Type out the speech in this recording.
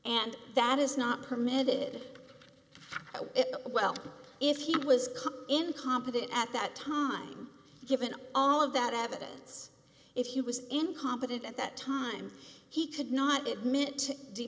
and that is not permitted well if he was incompetent at that time given all of that evidence if he was incompetent at that time he could not admit t